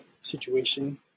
situation